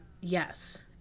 yes